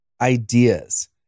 ideas